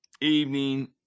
evening